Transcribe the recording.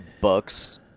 bucks